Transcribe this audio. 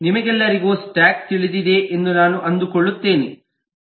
ನಿಮ್ಮೆಲ್ಲರಿಗೂ ಸ್ಟಾಕ್ ತಿಳಿದಿದೆ ಎಂದು ನಾನು ಅಂದುಕೊಳ್ಳುತ್ತೇನೆ